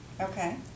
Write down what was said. Okay